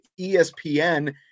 ESPN